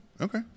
Okay